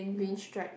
green stripe